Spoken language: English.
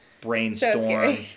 brainstorm